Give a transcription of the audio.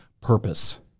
purpose